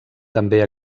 també